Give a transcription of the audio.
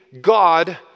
God